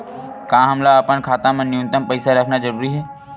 का हमला अपन खाता मा न्यूनतम पईसा रखना जरूरी हे?